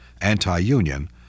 anti-union